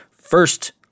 first